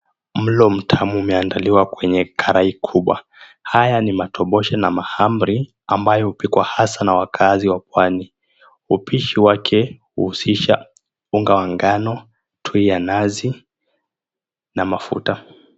Mlo mtamu imeandaliwa kwenye karai kubwa haya ni matobosha na mahamri ambayo hupikwa hasaa na wakaazi wa pwani, upishi wake huhusisha unga wangano, tuya ya nazi mna mafuta.